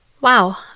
Wow